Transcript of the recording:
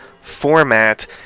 format